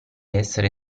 essere